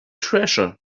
treasure